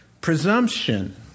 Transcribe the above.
Presumption